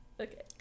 Okay